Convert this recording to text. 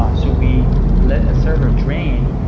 ah so we let the server drain.